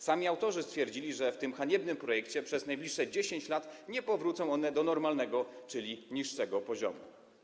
Sami autorzy stwierdzili, że za sprawą tego haniebnego projektu przez najbliższe 10 lat nie powrócą one do normalnego, czyli niższego poziomu.